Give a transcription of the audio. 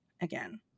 again